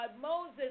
Moses